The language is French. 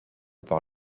par